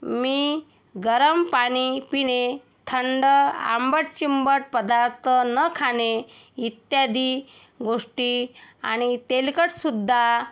मी गरम पाणी पिणे थंड आंबटचिंबट पदार्थ न खाणे इत्यादी गोष्टी आणि तेलकटसुद्धा